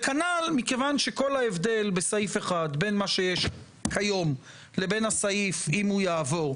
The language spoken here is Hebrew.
כנ"ל מכיוון שכל ההבדל בסעיף 1 בין מה שיש היום לבין הסעיף אם יעבור,